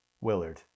Willard